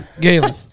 Galen